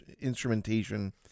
instrumentation